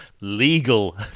Legal